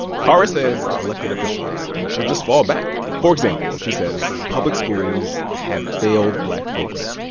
kara says elected officials should just fall back. for example, she says public schools have failed black folks,